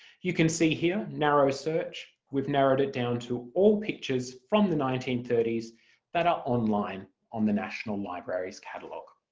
you can see here narrow search, we've narrowed it down to all pictures from the nineteen thirty s that are online on the national library's catalogue.